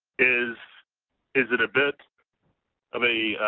is is it a bit of a,